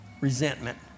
resentment